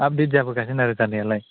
update जाबोगासिनो आरो जानायालाय